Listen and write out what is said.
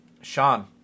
Sean